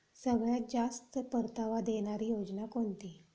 सगळ्यात जास्त परतावा देणारी योजना कोणती?